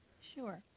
Sure